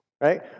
right